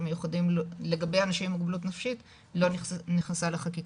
מיוחדים לגבי אנשים עם מוגבלות נפשית לא נכנסה לחקיקה.